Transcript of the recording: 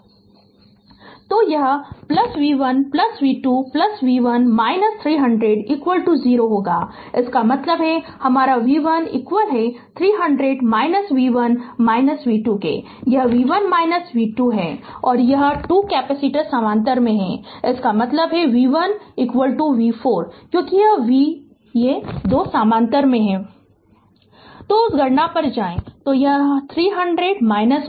Refer slide time 2045 तो यह v1 v2 v1 300 0 होगा इसका मतलब है हमारा v1 300 v1 v2 यह v1 v2 है और यह 2 कैपेसिटर समानांतर में हैं इसका मतलब है v1 v 4 क्योंकि यह v ये 2 समानांतर में हैं Refer slide time 2123 तो उस गणना पर जाएं तो यह 300 होगा